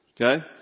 Okay